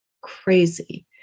crazy